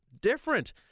different